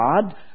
God